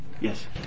Yes